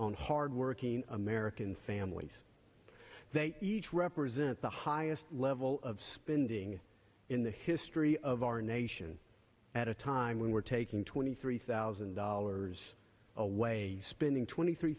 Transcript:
on hardworking american families they represent the highest level of spending in the history of our nation at a time when we're taking twenty three thousand dollars away spending twenty three